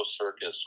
Circus